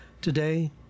today